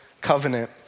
covenant